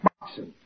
boxing